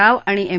राव आणि एम